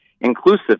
inclusive